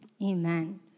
Amen